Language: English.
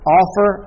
offer